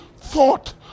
thought